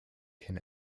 can